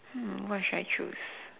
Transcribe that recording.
hmm what should I choose